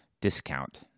discount